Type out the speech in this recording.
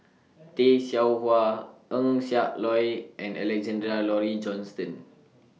Tay Seow Huah Eng Siak Loy and Alexander Laurie Johnston